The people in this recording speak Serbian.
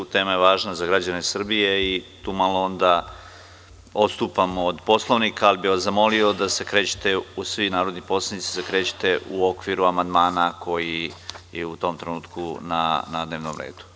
Tema je važna za građane Srbije i tu malo onda odstupamo od Poslovnika, ali bih vas i sve narodne poslanike zamolio da se krećete u okviru amandmana koji je u tom trenutku na dnevnom redu.